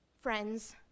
friends